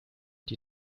die